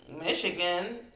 Michigan